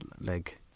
leg